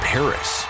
Paris